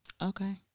Okay